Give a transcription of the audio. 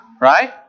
right